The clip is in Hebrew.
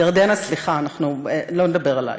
ירדנה, סליחה, אנחנו לא נדבר עלייך.